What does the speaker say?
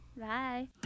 Bye